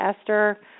Esther